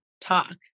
talk